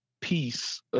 peace